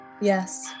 Yes